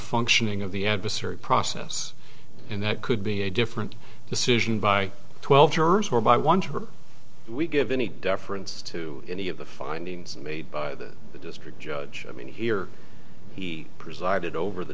functioning of the adversary process and that could be a different decision by twelve jurors or by one juror we give any deference to any of the findings made by the district judge i mean here he presided over the